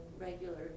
regular